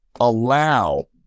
allow